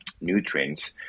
nutrients